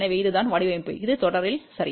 எனவே இதுதான் வடிவமைப்பு இது தொடரில் சரி